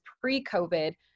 pre-COVID